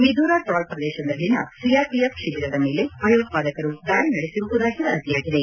ಮಿದೂರಾ ಟ್ರಾಲ್ ಪ್ರದೇಶದಲ್ಲಿನ ಸಿಆರ್ಪಿಎಫ್ ಶಿಬಿರದ ಮೇಲೆ ಭಯೋತ್ಬಾದಕರು ದಾಳಿ ನಡೆಸಿರುವುದಾಗಿ ವರದಿಯಾಗಿದೆ